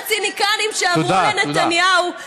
ולכל הציניקנים שאמרו לנתניהו, תודה, תודה.